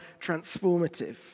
transformative